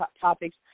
topics